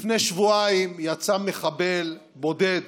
לפני שבועיים יצא מחבל בודד